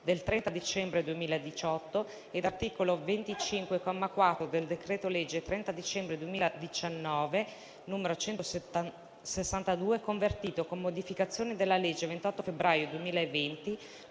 del 30 dicembre 2018 e da art. 25 comma 4 del decreto-legge 30 dicembre 2019, n. 162, convertito, con modificazioni, dalla legge 28 febbraio 2020,